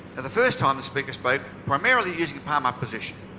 and the first time the speaker spoke primarily using palm up position.